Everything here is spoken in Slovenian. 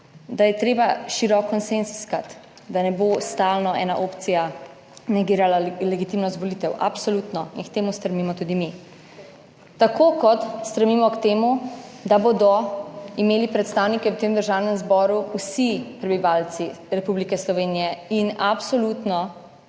da je treba širok konsenz iskati, da ne bo stalno ena opcija negirala legitimnost volitev, absolutno in k temu stremimo tudi mi. Tako kot stremimo k temu, da bodo imeli predstavnike v tem Državnem zboru vsi prebivalci Republike Slovenije. In absolutno